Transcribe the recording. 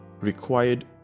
required